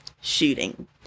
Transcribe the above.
shooting